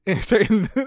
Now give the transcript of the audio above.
Certain